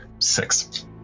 Six